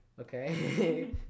Okay